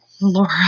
Laura